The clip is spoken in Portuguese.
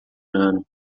ano